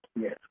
Yes